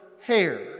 hair